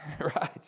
Right